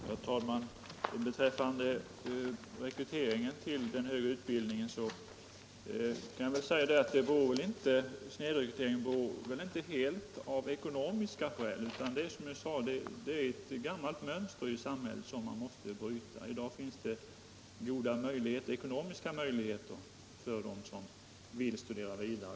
Herr talman! Snedrekryteringen till den högre utbildningen beror inte helt på ekonomiska skäl, utan framför allt på ett gammalt mönster i samhället som måste brytas. I dag finns det goda ekonomiska möjligheter för dem som vill studera vidare.